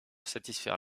satisfaire